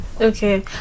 okay